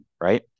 right